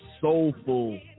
soulful